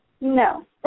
no